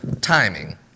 timing